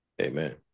amen